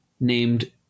named